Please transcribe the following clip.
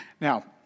Now